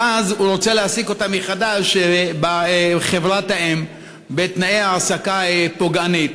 ואז הוא רוצה להעסיק אותם מחדש בחברת-האם בתנאי העסקה פוגעניים.